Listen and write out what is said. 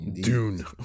Dune